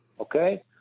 okay